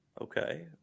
Okay